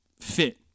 fit